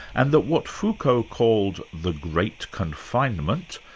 and that what foucault called the great confinement,